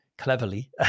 Cleverly